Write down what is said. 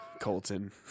colton